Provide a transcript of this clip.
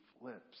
flips